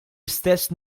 istess